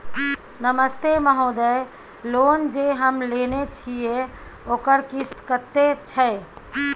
नमस्ते महोदय, लोन जे हम लेने छिये ओकर किस्त कत्ते छै?